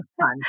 fun